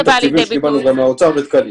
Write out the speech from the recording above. כרגע קיבלנו מהאוצר ותקנים.